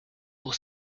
pour